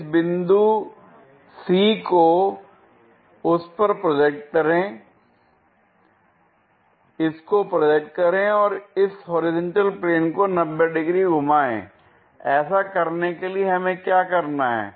इस C बिंदु को उस पर प्रोजेक्ट करें इसको प्रोजेक्ट करें और इस होरिजेंटल प्लेन को 90 डिग्री घुमाएं l ऐसा करने के लिए हमें क्या करना है